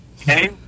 Okay